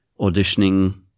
auditioning